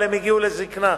אבל הם הגיעו לזיקנה.